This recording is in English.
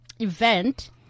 event